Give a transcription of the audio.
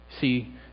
See